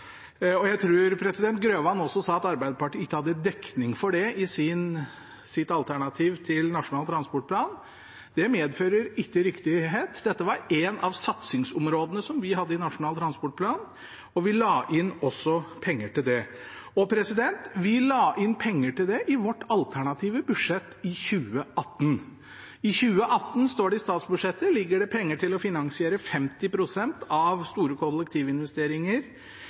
Jeg tror Grøvan også sa at Arbeiderpartiet ikke hadde dekning for det i sitt alternativ til Nasjonal transportplan. Det medfører ikke riktighet. Dette var et av satsingsområdene vi hadde i Nasjonal transportplan, og vi la også inn penger til det. Vi la inn penger til det i vårt alternative budsjett for 2018. I statsbudsjettet for 2018 ligger det penger til å finansiere 50 pst. av store kollektivinvesteringer